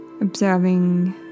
Observing